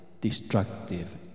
destructive